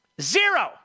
Zero